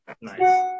Nice